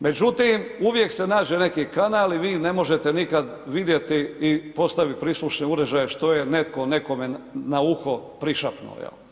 Međutim, uvijek se nađe neki kanal i vi ne možete nikad vidjeti ni postaviti prislušne uređaje što je netko nekome na uho prišapnuo.